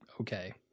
okay